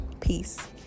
Peace